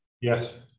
Yes